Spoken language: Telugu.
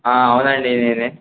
అవునండి నేనే